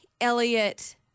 Elliot